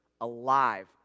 alive